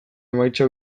emaitza